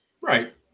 Right